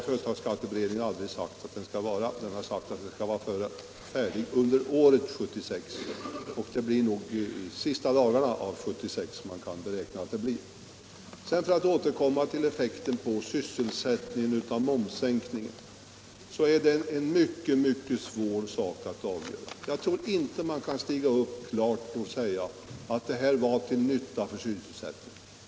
Företagsskatteberedningen har aldrig sagt att den kommer att bli färdig med sitt arbete i god tid 1976, utan bara att utredningen kan väntas föreligga under år 1976. Man kan nog räkna med att utredningen kommer att framläggas först under de sista dagarna av år 1976. Momssänkningens effekt på sysselsättningen är mycket svår att bedöma. Jag tror inte att man kan stå upp och klart säga att det här var till nytta för sysselsättningen.